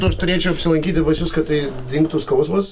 nors turėčiau apsilankyti pas jus kad tai dingtų skausmas